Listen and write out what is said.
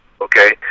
okay